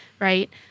right